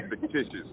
fictitious